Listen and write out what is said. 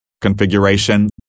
configuration